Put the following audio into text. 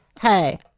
Hey